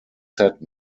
set